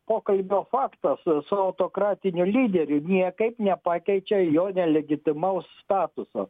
pokalbio faktas su autokratiniu lyderiu niekaip nepakeičiau jo nelegitimaus statuso